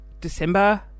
December